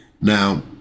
now